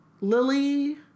Lily